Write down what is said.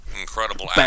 incredible